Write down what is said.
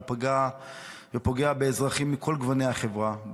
הוא פגע ופוגע באזרחים מכל גווני החברה,